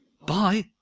Bye